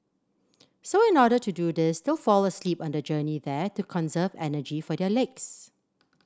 so in order to do this they'll fall asleep on the journey there to conserve energy for their legs